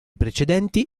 precedenti